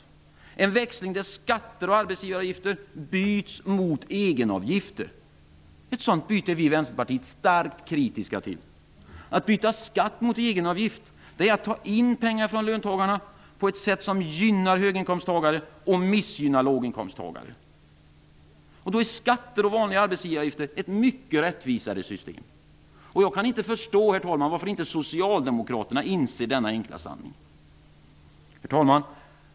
Det skall vara en växling där skatter och arbetsgivaravgifter byts mot egenavgifter. Ett sådant byte är vi i Vänsterpartiet starkt kritiska till. Att byta skatt mot egenavgift innebär att man tar in pengar från löntagarna på ett sätt som gynnar höginkomsttagare och missgynnar låginkomsttagare. Då är skatter och vanliga arbetsgivaravgifter ett mycket rättvisare system. Jag kan inte förstå varför inte också Socialdemokraterna inser denna enkla sanning. Herr talman!